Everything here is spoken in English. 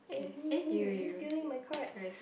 eh me me me you stealing my cards